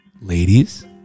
Ladies